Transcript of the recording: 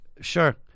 Sure